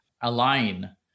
align